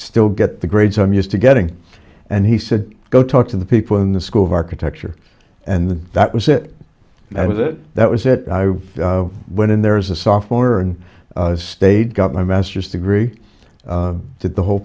still get the grades i'm used to getting and he said go talk to the people in the school of architecture and that was it that was it that was it i went in there was a sophomore and stayed got my master's degree did the whole